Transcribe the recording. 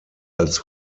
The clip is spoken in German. als